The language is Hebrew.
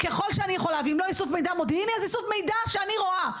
או מידע שאני רואה,